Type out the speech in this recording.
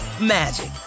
magic